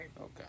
Okay